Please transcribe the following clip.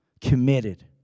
committed